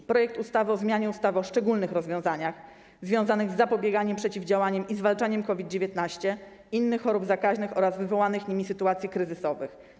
To projekt ustawy o zmianie ustawy o szczególnych rozwiązaniach związanych z zapobieganiem, przeciwdziałaniem i zwalczaniem COVID-19, innych chorób zakaźnych oraz wywołanych nimi sytuacji kryzysowych.